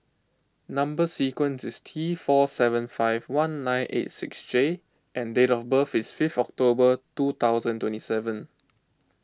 Number Sequence is T four seven five one nine eight six J and date of birth is fifth October two thousand and twenty seven